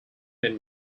men